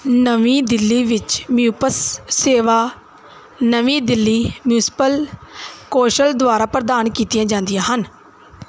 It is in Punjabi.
ਨਵੀਂ ਦਿੱਲੀ ਵਿੱਚ ਮਿਊਂਪਸ ਸੇਵਾ ਨਵੀਂ ਦਿੱਲੀ ਮਿਊਂਸਪਲ ਕੌਂਸਲ ਦੁਆਰਾ ਪ੍ਰਦਾਨ ਕੀਤੀਆਂ ਜਾਂਦੀਆਂ ਹਨ